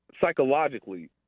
psychologically